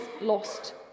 lost